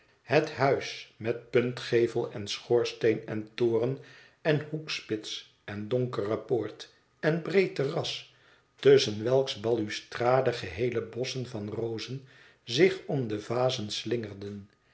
het huis met puntgevel en schoorsteen en toren en hoekspits en donkere poort en breed terras tusschen welks balustrade geheele bosschen van rozen zich om de vazen slingerden